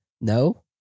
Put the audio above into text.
no